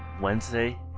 Wednesday